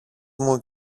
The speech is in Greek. μου